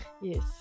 yes